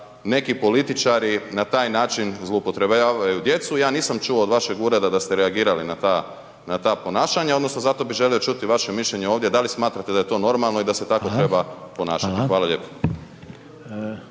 neki političari na taj način zloupotrebljavaju djecu, ja nisam čuo od vašeg ureda da ste reagirali na ta ponašanja, odnosno, zato bih želio čuti vaše mišljenje ovdje, da li smatrate da je to normalno i da se tako .../Upadica: Hvala./...